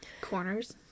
Corners